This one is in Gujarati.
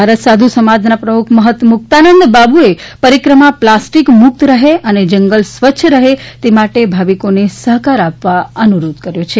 ભારત સાધુ સમાજના પ્રમુખ મફત મુક્તાનંદબાપુએ પરિક્રમા પ્લાસ્ટિક મુક્ત રહે અને જગલ સ્વચ્છ રહે તે માટે ભાવિકોને સફકાર આપવા અનુરોધ કર્યો હતો